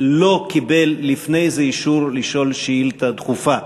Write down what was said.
לא קיבל לפני זה אישור לשאול שאילתה דחופה.